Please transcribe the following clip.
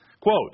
Quote